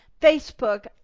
Facebook